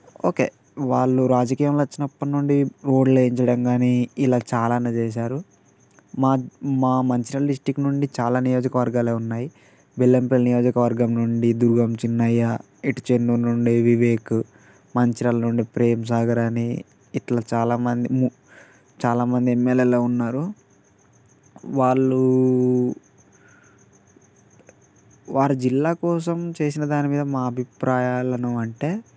okay వాళ్ళు రాజకీయం వచ్చినప్పటినుంచి రోడ్లు వేయించడం కానీ ఇలా చాలానే చేశారు మా మా మంచిర్యాల డిస్ట్రిక్ట్ నుంచి చాలా నియోజకవర్గాలే ఉన్నాయి బెల్లంపల్లి నియోజకవర్గం నుంచి దుర్గం చిన్నయ్య ఇటు చెన్నూరు నుంచి వివేక్ మంచిర్యాల నుండి ప్రేమ్ సాగర్ అని ఇలా చాలామంది మూ చాలామంది ఎంఎల్ఎలే ఉన్నారు వాళ్ళు వారి జిల్లా కోసం చేసిన దానిమీద మా అభిప్రాయాలను అంటే